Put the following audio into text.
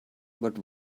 but